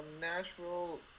Nashville